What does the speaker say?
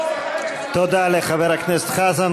תודה לחבר הכנסת חזן.